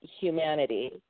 humanity